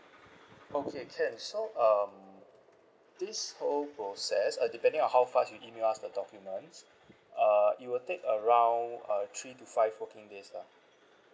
okay can so um this whole process uh depending on how fast you email us the documents err it will take around uh three to five working days lah